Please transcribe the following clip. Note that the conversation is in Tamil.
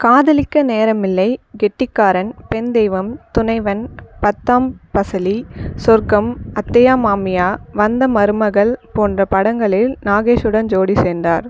காதலிக்க நேரமில்லை கெட்டிக்காரன் பெண் தெய்வம் துணைவன் பத்தாம் பசலி சொர்க்கம் அத்தையா மாமியா வந்த மருமகள் போன்ற படங்களில் நாகேஷுடன் ஜோடி சேர்ந்தார்